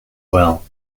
well